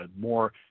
more